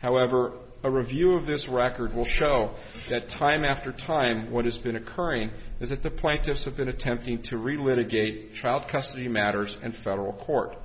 however a review of this record will show that time after time what has been occurring is that the plaintiffs have been attempting to read litigate child custody matters and federal court